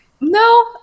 no